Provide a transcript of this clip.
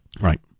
Right